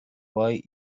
light